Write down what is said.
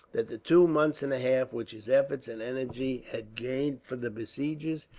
that the two months and a half, which his efforts and energy had gained for the besiegers,